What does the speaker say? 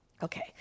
Okay